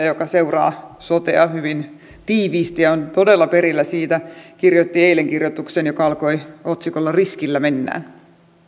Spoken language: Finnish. joka seuraa sotea hyvin tiiviisti ja on todella perillä siitä kirjoitti eilen kirjoituksen joka alkoi otsikolla riskillä mennään